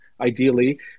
ideally